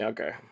Okay